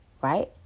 right